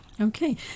Okay